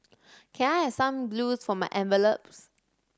can I have some glue for my envelopes